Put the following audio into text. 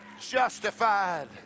Justified